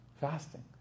Fasting